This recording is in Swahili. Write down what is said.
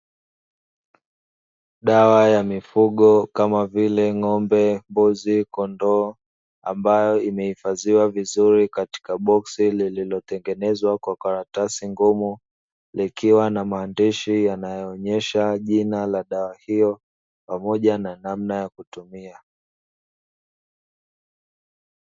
Dawa ya mifugo kama vile ng'ombe, mbuzi na kondoo ambayo imehifadhiwa vizuri katika boksi ambalo klmetengenezwa na karatasi ngumu, ikiwa na maandishi yanayoonesha jina la dawa hiyo pamoja na namna ya kutumia.